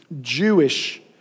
Jewish